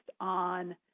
on